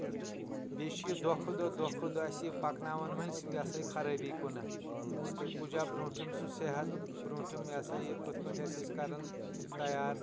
تہٕ بیٚیہِ چھُ یہِ دۄہ کھۄتہٕ دۄہ دۄہ کھۄتہٕ دۄہ اسہِ یہِ پکناوان وۄنۍ یہِ ہسا یہِ خرٲبی کُنتھ کُجاہ برٛونٛٹھِم سُہ صحت برٛونٛٹھم یہِ ہسا یہِ کٕتھ کٲٹ ٲسۍ أسۍ کران تیار